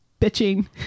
bitching